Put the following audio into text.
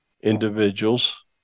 individuals